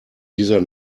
dieser